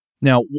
Now